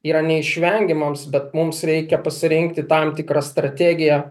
yra neišvengiamams bet mums reikia pasirinkti tam tikrą strategiją